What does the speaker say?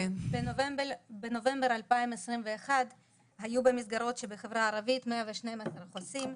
בנובמבר 2021 היו במסגרות בחברה ערבית 112 חוסים,